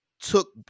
took